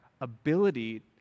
ability